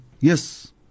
yes